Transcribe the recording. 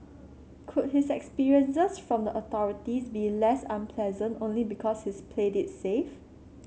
could his experiences from the authorities be less unpleasant only because he's played it safe